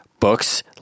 books